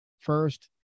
first